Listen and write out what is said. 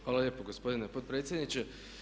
Hvala lijepo gospodine potpredsjedniče.